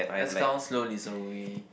let's count slowly so we